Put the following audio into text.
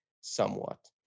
somewhat